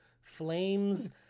flames